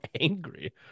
angry